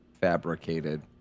fabricated